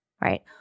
right